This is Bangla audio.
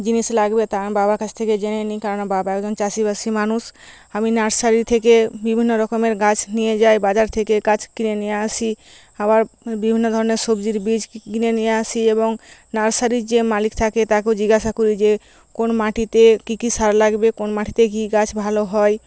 জিনিস লাগবে তা আমি বাবার কাছ থেকে জেনে নিই কারণ আমার বাবা একজন চাষিবাসী মানুষ আমি নার্সারি থেকে বিভিন্ন রকমের গাছ নিয়ে যাই বাজার থেকে গাছ কিনে নিয়ে আসি আবার বিভিন্ন ধরনের সবজির বীজ কিনে নিয়ে আসি এবং নার্সারির যে মালিক থাকে তাকেও জিজ্ঞাসা করি যে কোন মাটিতে কী কী সার লাগবে কোন মাটিতে কী গাছ ভালো হয়